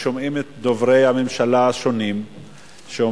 ושומעים את דוברי הממשלה השונים שאומרים: